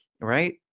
right